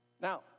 Now